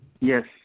Yes